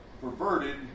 perverted